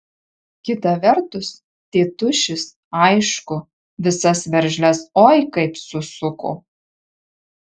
kita vertus tėtušis aišku visas veržles oi kaip susuko